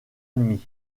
admis